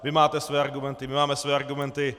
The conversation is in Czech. Vy máte své argumenty, my máme své argumenty.